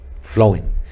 flowing